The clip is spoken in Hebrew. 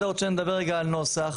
עוד שנייה נדבר על נוסח,